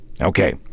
okay